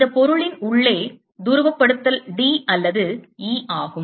இந்த பொருளின் உள்ளே துருவப்படுத்தல் D அல்லது E ஆகும்